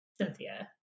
Cynthia